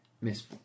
Miss